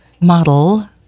model